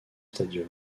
stadium